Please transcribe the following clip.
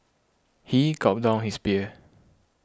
he gulped down his beer